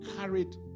carried